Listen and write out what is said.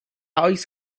oes